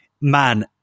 man